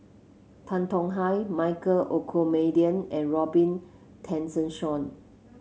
Tan Tong Hye Michael Olcomendy and Robin Tessensohn